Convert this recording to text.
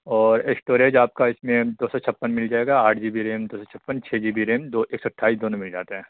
اور اسٹوریج آپ کا اس میں دو سو چھپن مل جائے گا آٹھ جی بی ریم دو سو چھپن چھ جی بی ریم دو ایک سو اٹھائیس دونوں مل جاتا ہے